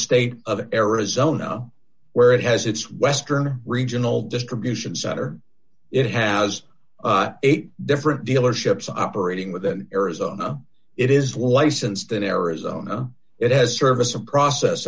state of arizona where it has its western regional distribution center it has eight different dealerships operating within arizona it is licensed in arizona it has service of process